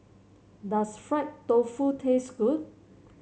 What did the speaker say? does Fried Tofu taste good